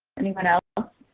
anyone else?